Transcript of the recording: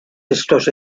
estos